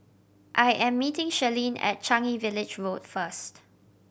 I am meeting Shirleen at Changi Village Road first